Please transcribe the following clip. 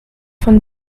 von